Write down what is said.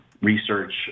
research